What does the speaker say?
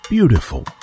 Beautiful